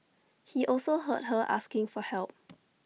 he also heard her asking for help